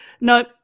No